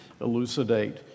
elucidate